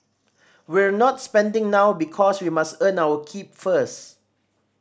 we're not spending now because we must earn our keep first